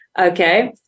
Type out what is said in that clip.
okay